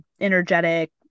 energetic